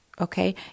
Okay